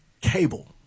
cable